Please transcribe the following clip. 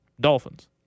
Dolphins